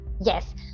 Yes